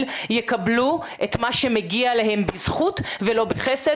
יקבלו את מה שמגיע להם בזכות ולא בחסד,